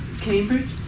Cambridge